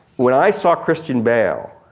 when i saw christian bale,